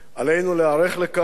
עלינו להיערך לכך.